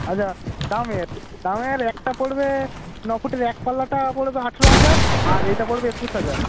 আচ্ছা দামের দামের একটা পড়বে ন ফুটের এক পাল্লাটা পড়বে আঠেরো হাজার আর এটা পড়বে একুশ হাজার